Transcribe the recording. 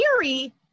theory